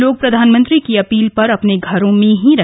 लोग प्रधानमंत्री की अपील पर अपने घरों में ही रहे